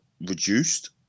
reduced